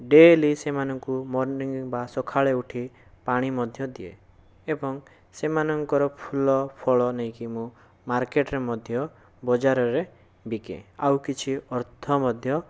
daily ସେମାନଙ୍କୁ morning ବା ସଖାଳେ ଉଠି ପାଣି ମଧ୍ୟ ଦିଏ ଏବଂ ସେମାନଙ୍କର ଫୁଲ ଫଳ ନେଇକି ମୁଁ ମାର୍କେଟ୍ରେ ମଧ୍ୟ ବଜାରରେ ବିକେ ଆଉ କିଛି ଅର୍ଥ ମଧ୍ୟ